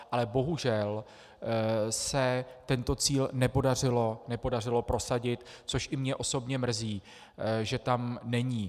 Ale bohužel se tento cíl nepodařilo prosadit, což i mě osobně mrzí, že tam není.